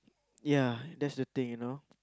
ya that's the thing you know